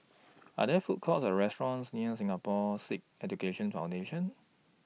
Are There Food Courts Or restaurants near Singapore Sikh Education Foundation